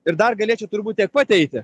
ir dar galėčiau turbūt tiek pat eiti